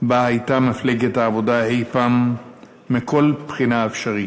שבה הייתה מפלגת העבודה אי-פעם מכל בחינה אפשרית.